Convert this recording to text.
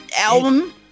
album